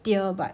tier but